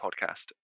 Podcast